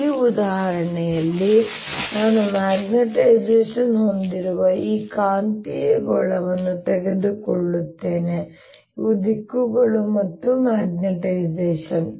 ಈ ಉದಾಹರಣೆಯಲ್ಲಿ ನಾನು ಮ್ಯಾಗ್ನೆಟೈಸೇಶನ್ ಹೊಂದಿರುವ ಈ ಕಾಂತೀಯ ಗೋಳವನ್ನು ತೆಗೆದುಕೊಳ್ಳುತ್ತೇನೆ ಇವು ದಿಕ್ಕುಗಳು ಇದು ಮ್ಯಾಗ್ನೆಟೈಸೇಶನ್ M